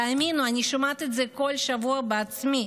תאמינו, אני שומעת את זה כל שבוע בעצמי.